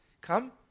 come